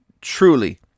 truly